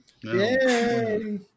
Yay